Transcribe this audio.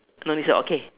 no need say okay